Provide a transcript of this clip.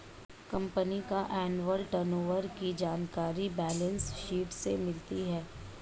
company का annual turnover की जानकारी बैलेंस शीट से मिलती है